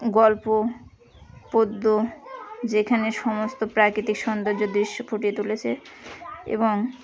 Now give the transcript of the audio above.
গল্প পদ্য যেখানে সমস্ত প্রাকৃতিক সৌন্দর্য দৃশ্য ফুটিয়ে তুলেছে এবং